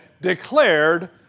declared